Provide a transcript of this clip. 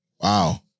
Wow